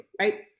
right